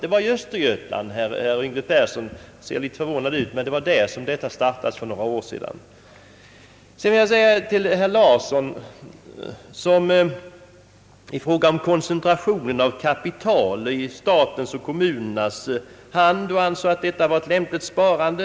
Det var i Östergötland försöket gjordes. Herr Yngve Persson ser litet förvånad ut, men det var faktiskt där som försöket startades för några år sedan. Herr Åke Larsson ansåg att en koncentration av kapital till statens och kommunernas händer borde vara ett lämpligt sparande.